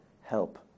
help